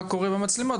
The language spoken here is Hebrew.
מה קורה עם המצלמות,